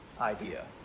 idea